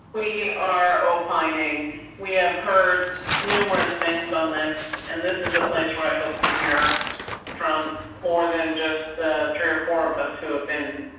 we are pining we have heard numerous things on this and this is a place where i hope to hear from more than just the three or four of us who have been.